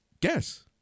Guess